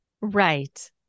right